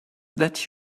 that